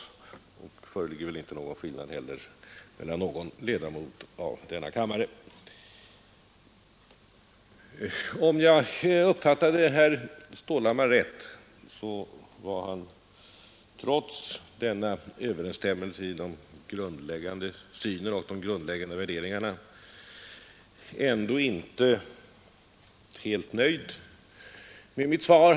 Jag skulle tro att det inte heller finns några sådana skillnader mellan ledamöterna i denna kammare, Om jag uppfattade herr Stålhammar rätt var han, trots denna överensstämmelse i de grundläggande värderingarna, ändå inte helt nöjd med mitt svar.